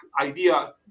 idea